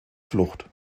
flucht